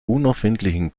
unerfindlichen